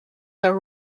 sir